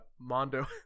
Mondo